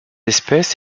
espèce